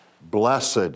Blessed